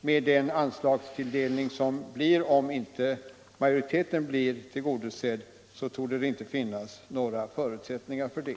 med den anslagstilldelning som SJ får om inte utskottsmajoritetens yrkande = anslagsbehov vinner kammarens bifall torde det inte finnas några förutsättningar härför.